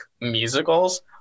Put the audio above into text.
musicals